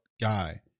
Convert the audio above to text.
guy